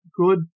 good